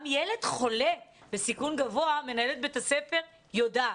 גם ילד חולה בסיכון גבוה, מנהלת בית הספר יודעת.